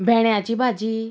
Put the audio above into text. भेंड्याची भाजी